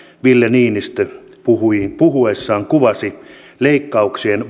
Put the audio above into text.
ville niinistö puheessaan kuvasi leikkauksien